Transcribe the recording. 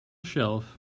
shelf